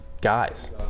guys